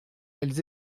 elles